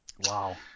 Wow